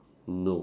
no